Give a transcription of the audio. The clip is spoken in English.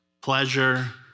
pleasure